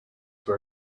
were